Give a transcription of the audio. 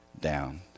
down